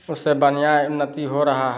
उससे बढ़िया उन्नति हो रहा है